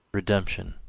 redemption,